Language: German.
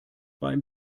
beim